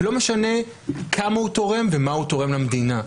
לא משנה כמה הוא תורם ומה הוא תורם למדינה.